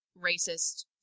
racist